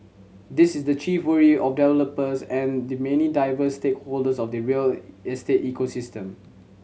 this is the chief worry of developers and the many diverse stakeholders of the real estate ecosystem